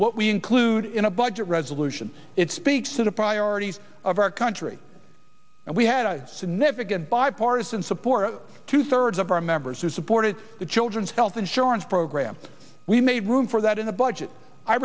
what we include in a budget resolution it speaks to the priorities of our country and we had a significant bipartisan support two thirds of our members who supported the children's health insurance program we made room for that in the budget i